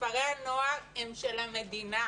כפרי הנוער הם של המדינה.